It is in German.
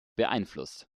beeinflusst